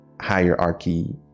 hierarchy